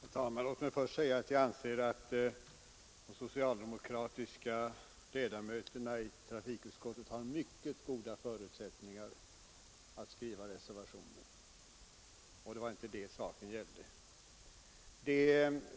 Herr talman! Låt mig först säga att jag anser att de socialdemokratiska ledamöterna i trafikutskottet har mycket goda förutsättningar att själva skriva reservationer. Det var ju inte det saken gällde.